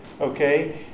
Okay